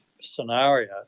scenario